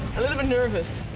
a little bit nervous.